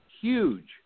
huge